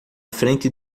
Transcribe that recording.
frente